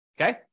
Okay